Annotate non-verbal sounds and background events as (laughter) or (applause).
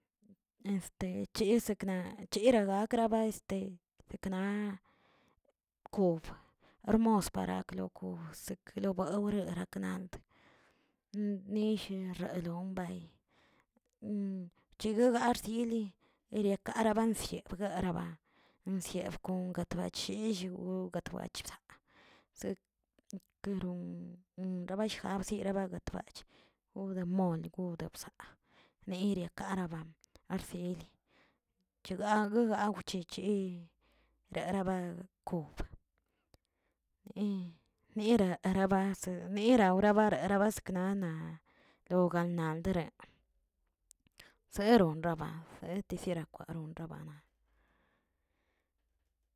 Este chi sekna yira gakraba este sekna kob, rmos par gaklo sekile baurer kanant nill relonbay (hesitation) chiguigarzyili erakaran baziaꞌ garaba, nzieꞌb konga lachellioꞌ buachbdaꞌ, zeꞌkeron (hesitation) rabashjaizib lagatbach gode mole god de bzaꞌ, neria karaban arzieli chegaw gagao chechig raraba kob, ni- niriarabaz mera aurabareraꞌ seknanaꞌ logandanareꞌ, seron raba etisiera kwanronrabana.